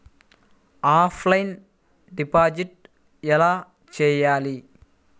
Offline deposit ఎలా చేయాలి?